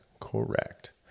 correct